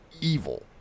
evil